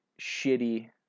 shitty